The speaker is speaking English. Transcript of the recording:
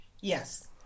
Yes